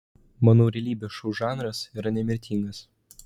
manau realybės šou žanras yra nemirtingas